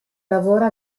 lavora